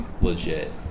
legit